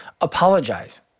apologize